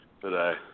today